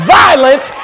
violence